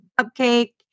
cupcake